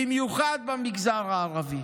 במיוחד במגזר הערבי.